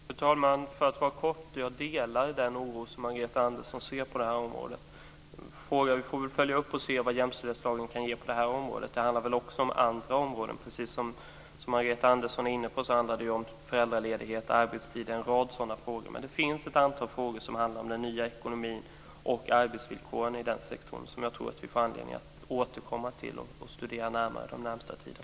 Fru talman! För att fatta mig kort: Jag delar den oro som Margareta Andersson har på det här området. Vi får väl följa upp och se vad jämställdhetslagen kan ge på det här området. Det handlar också om andra frågor. Precis som Margareta Andersson var inne på handlar det om föräldraledighet, arbetstider och en rad andra sådana frågor. Det finns ett antal frågor som handlar om den nya ekonomin och arbetsvillkoren i den sektorn som jag tror att vi får anledning att återkomma till och studera närmare den närmaste tiden.